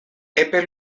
epe